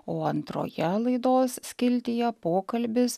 o antroje laidos skiltyje pokalbis